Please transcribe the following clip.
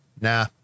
nah